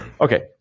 okay